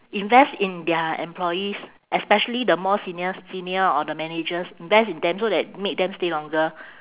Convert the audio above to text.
invest in their employees especially the more seniors senior or the managers invest in them so that make them stay longer